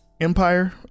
empire